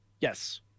Yes